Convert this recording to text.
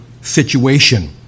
situation